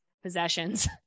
possessions